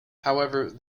however